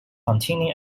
containing